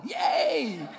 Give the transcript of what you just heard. Yay